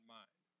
mind